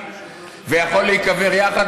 ויכול להיקבר יחד,